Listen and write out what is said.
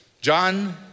John